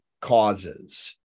causes